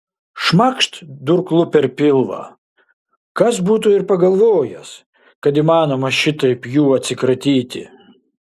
šmakšt durklu per pilvą kas būtų ir pagalvojęs kad įmanu šitaip jų atsikratyti